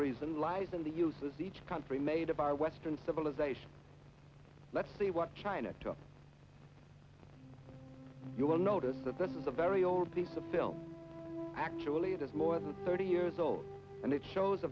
reason lies in the uses each country made of our western civilization let's see what china you will notice that this is a very old piece of film actually it is more than thirty years old and it shows a